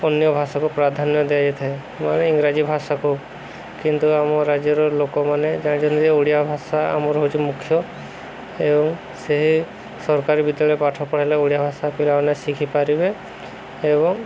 ଅନ୍ୟ ଭାଷାକୁ ପ୍ରାଧାନ୍ୟ ଦିଆଯାଇଥାଏ ମାନେ ଇଂରାଜୀ ଭାଷାକୁ କିନ୍ତୁ ଆମ ରାଜ୍ୟର ଲୋକମାନେ ଜାଣନ୍ତି ଯେ ଓଡ଼ିଆ ଭାଷା ଆମର ହେଉଛି ମୁଖ୍ୟ ଏବଂ ସେହି ସରକାର ବିଦ୍ୟାଳୟରେ ପାଠ ପଢ଼େଇଲେ ଓଡ଼ିଆ ଭାଷା ପିଲାମାନେ ଶିଖିପାରିବେ ଏବଂ